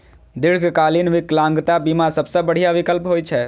दीर्घकालीन विकलांगता बीमा सबसं बढ़िया विकल्प होइ छै